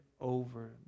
over